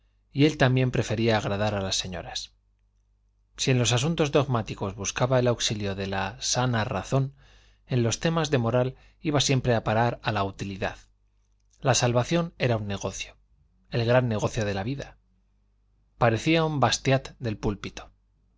y él también prefería agradar a las señoras si en los asuntos dogmáticos buscaba el auxilio de la sana razón en los temas de moral iba siempre a parar a la utilidad la salvación era un negocio el gran negocio de la vida parecía un bastiat del púlpito